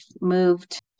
moved